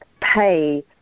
pay